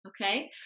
okay